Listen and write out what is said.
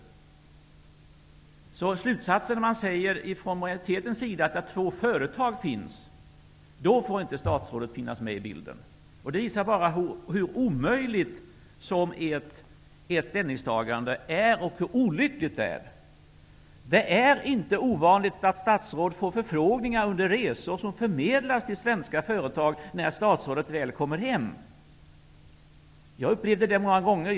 Från majoriteten säger man att statsrådet inte får finnas med i bilden när det finns två företag. Det visar bara hur omöjligt och olyckligt ert ställningstagande är. Det är inte ovanligt att statsråd får förfrågningar under resor som förmedlas till svenska företag när statsrådet kommer hem. Jag har upplevt det många gånger.